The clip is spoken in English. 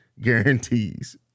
guarantees